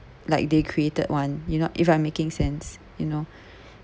like they created one you know if I'm making sense you know